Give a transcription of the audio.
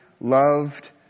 loved